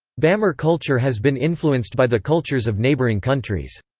bamar culture has been influenced by the cultures of neighbouring countries.